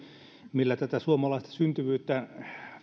millä tätä suomalaista syntyvyyttä